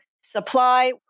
supply